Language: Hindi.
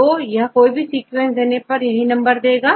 दो यह कोई भी सीक्वेंस देने पर यही नंबर देगा